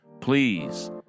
please